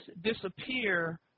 disappear